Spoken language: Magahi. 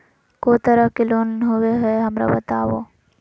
को तरह के लोन होवे हय, हमरा बताबो?